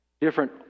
different